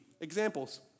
Examples